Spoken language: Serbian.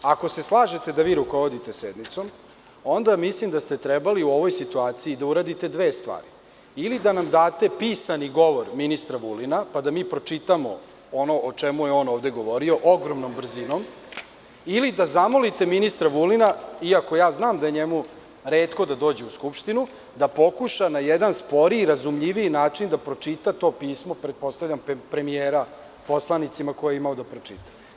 Ako slažete da vi rukovodite sednicom onda mislim da ste trebali u ovoj situaciji da uradite dve stvari – ili da nam date pisani govor ministra Vulina, pa da mi pročitamo ono o čemu je on ovde govorio ogromnom brzinom, ili da zamolite ministra Vulina, iako ja znam da je njemu retko da dođe u Skupštinu, da pokuša na jedan sporiji, razumljiviji način da pročita to pismo, pretpostavljam premijera poslanicima, koje je imao da pročita.